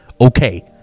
okay